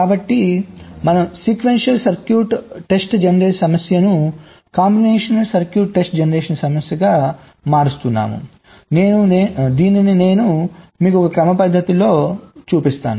కాబట్టి మనం sequential circuit test generation సమస్యను కాంబినేషన్ సర్క్యూట్ టెస్ట్ జనరేషన్ సమస్యగా మారుస్తున్నాము దీనిని నేను మీకు క్రమపద్ధతిలో చూపిస్తాను